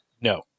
No